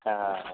अँ